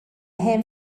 hen